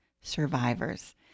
Survivors